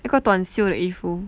一个短袖的衣服